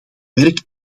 werk